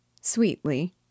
Sweetly